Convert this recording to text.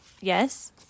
yes